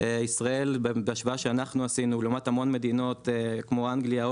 ישראל בהשוואה שאנחנו עשינו לעומת המון מדינות כמו אנגליה,